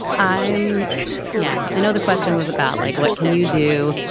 i am yeah i know the question was about like what can you do.